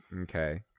Okay